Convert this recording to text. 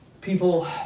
people